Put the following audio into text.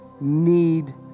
need